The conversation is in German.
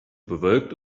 bewölkt